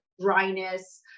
dryness